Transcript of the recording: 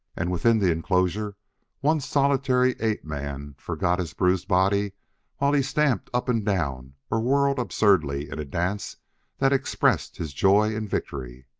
and within the enclosure one solitary ape-man forgot his bruised body while he stamped up and down or whirled absurdly in a dance that expressed his joy in victory.